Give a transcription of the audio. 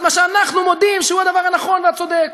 מה שאנחנו מודים שהוא הדבר הנכון והצודק.